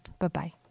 Bye-bye